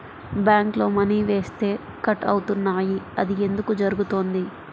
బ్యాంక్లో మని వేస్తే కట్ అవుతున్నాయి అది ఎందుకు జరుగుతోంది?